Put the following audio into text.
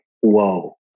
Whoa